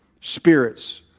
spirits